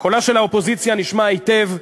קולה של האופוזיציה נשמע היטב,